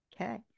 Okay